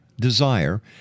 desire